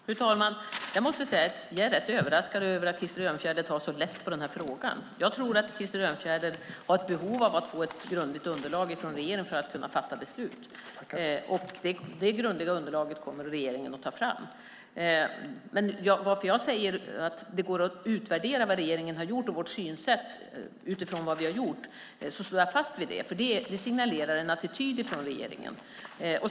Fru talman! Jag måste säga att jag är rätt överraskad över att Krister Örnfjäder tar så lätt på den här frågan. Jag tror att Krister Örnfjäder har ett behov av att få ett grundligt underlag från regeringen för att kunna fatta beslut, och det grundliga underlaget kommer regeringen att ta fram. Jag säger att det går att utvärdera vad regeringen har gjort och vårt synsätt utifrån vad vi har gjort. Jag står fast vid det, för det signalerar en attityd från regeringen.